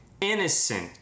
innocent